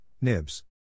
Nibs